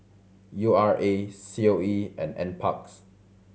U R A C O E and Nparks